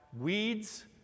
weeds